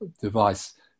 device